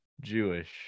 Jewish